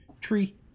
Tree